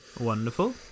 Wonderful